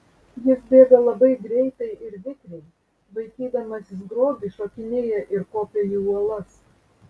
jis bėga labai greitai ir vikriai vaikydamasis grobį šokinėja ir kopia į uolas